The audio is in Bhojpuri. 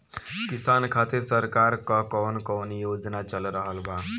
किसान खातिर सरकार क कवन कवन योजना चल रहल बा?